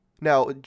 Now